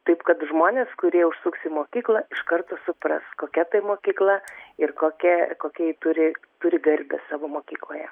taip kad žmonės kurie užsuks į mokyklą iš karto supras kokia tai mokykla ir kokią ir kokią ji turi turi garbę savo mokykloje